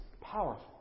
powerful